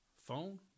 phone